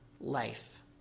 life